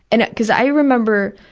and because i remember,